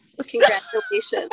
Congratulations